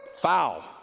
foul